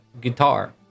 guitar